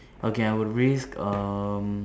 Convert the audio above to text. okay I would risk um